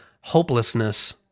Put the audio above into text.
hopelessness